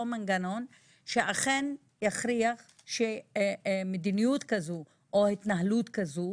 מנגנון שאכן יכריח שמדיניות כזו או התנהלות כזו